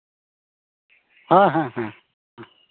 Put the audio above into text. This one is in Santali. ᱦᱮᱸ ᱦᱮᱸ ᱦᱮᱸ